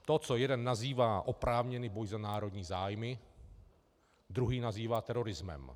To, co jeden nazývá oprávněný boj za národní zájmy, druhý nazývá terorismem.